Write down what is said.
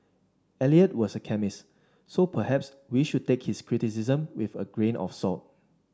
Eliot was a chemist so perhaps we should take his criticisms with a grain of salt